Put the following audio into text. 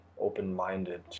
open-minded